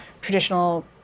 traditional